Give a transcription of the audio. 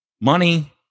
money